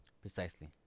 precisely